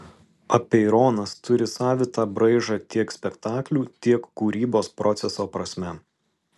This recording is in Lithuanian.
apeironas turi savitą braižą tiek spektaklių tiek kūrybos proceso prasme